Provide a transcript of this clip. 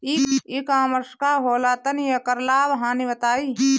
E commerce का होला तनि एकर लाभ हानि बताई?